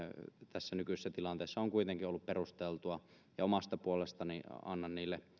tässä nykyisessä tilanteessa on kuitenkin ollut perusteltua ja omasta puolestani annan niille